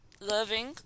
Loving